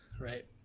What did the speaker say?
right